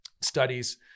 studies